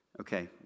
Okay